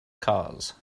cause